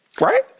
right